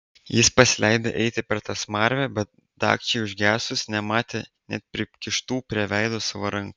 jis pasileido eiti per tą smarvę bet dagčiai užgesus nematė net prikištų prie veido savo rankų